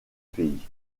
pays